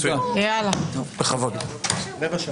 רבע שעה.